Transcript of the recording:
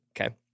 Okay